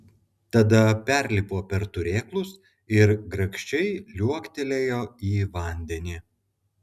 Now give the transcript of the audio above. tada perlipo per turėklus ir grakščiai liuoktelėjo į vandenį